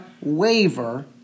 waver